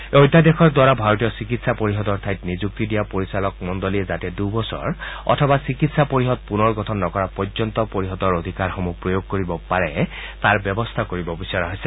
এই অধ্যাদেশৰ দ্বাৰা ভাৰতীয় চিকিৎসা পৰিষদৰ ঠাইত নিযুক্তি দিয়া পৰিচালকমশুলীয়ে যাতে দুবছৰ অথবা চিকিৎসা পৰিষদ পুনৰ গঠন নকৰা পৰ্য্যন্ত পৰিষদৰ অধিকাৰসমূহ প্ৰয়োগ কৰিব পাৰে তাৰ ব্যৱস্থা কৰিব বিচৰা হৈছে